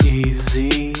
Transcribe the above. easy